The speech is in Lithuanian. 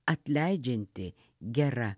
atleidžianti gera